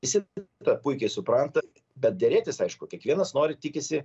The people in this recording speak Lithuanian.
visi tą puikiai supranta bet derėtis aišku kiekvienas nori tikisi